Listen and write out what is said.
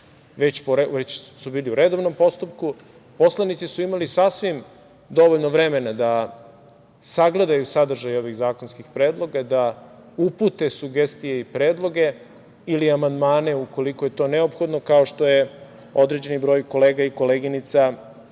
već su bili u redovnom postupku. Poslanici su imali sasvim dovoljno vremena da sagledaju sadržaj ovih zakonskih predloga, da upute sugestije i predloge ili amandmane ukoliko je to neophodno, kao što je određeni broj kolega i koleginica